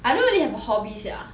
I don't really have a hobby sia